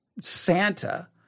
Santa